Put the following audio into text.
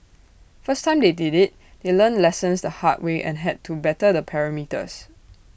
first time they did IT they learnt lessons the hard way and had to better the parameters